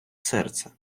серце